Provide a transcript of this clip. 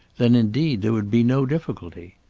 then indeed there would be no difficulty.